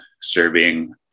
serving